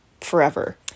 forever